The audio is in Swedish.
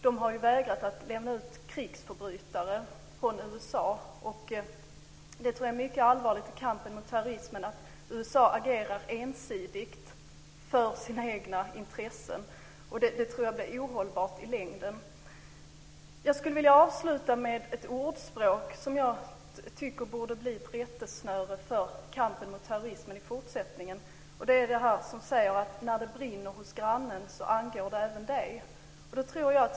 Man har också vägrat att lämna ut krigsförbrytare från USA. Jag tror att det är mycket allvarligt för kampen mot terrorismen att USA agerar ensidigt för sina egna intressen. Det tror jag blir ohållbart i längden. Jag skulle vilja avsluta med ett ordspråk som jag tycker borde bli ett rättesnöre i kampen mot terrorismen i fortsättningen: När det brinner hos grannen angår det även dig.